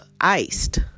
iced